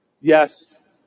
Yes